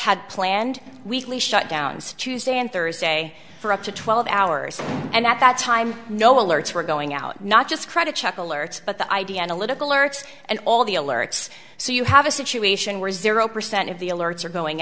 had planned weekly shutdowns tuesday and thursday for up to twelve hours and at that time no alerts were going out not just credit check alerts but the idea analytical lurks and all the alerts so you have a situation where a zero percent of the alerts are going